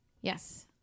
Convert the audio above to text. Yes